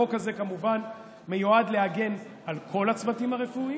החוק הזה כמובן מיועד להגן על כל הצוותים הרפואיים,